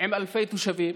עם אלפי תושבים?